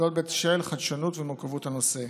זאת בשל חדשנות ומורכבות הנושא.